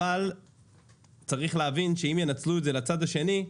אבל צריך להבין שאם ינצלו את זה לצד השני,